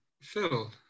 Phil